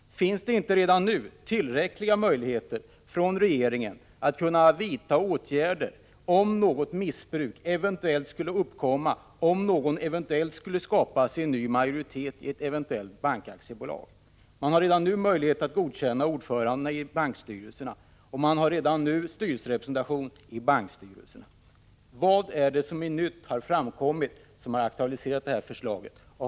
Finns det inte redan nu tillräckliga möjligheter för regeringen att vidta åtgärder om något missbruk eventuellt skulle förekomma, om någon eventuellt skulle skapa sig en ny majoritet i ett bankaktiebolag? Regeringen har redan nu möjlighet att godkänna ordförandena i bankstyrelserna, och man har redan nu representation i bankstyrelserna. Vad är det som är nytt och nu har kommit fram som har aktualiserat det här förslaget?